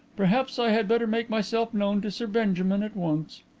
perhaps i had better make myself known to sir benjamin at once.